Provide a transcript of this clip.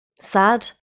Sad